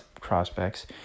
prospects